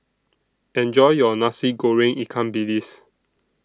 Enjoy your Nasi Goreng Ikan Bilis